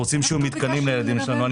רוצים שיהיו מתקנים לילדים ששלנו.